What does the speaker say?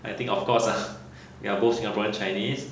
I think of course ah we are both singaporean chinese